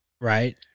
Right